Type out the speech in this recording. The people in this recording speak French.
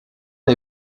les